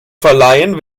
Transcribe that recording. verleihen